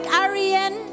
Ariane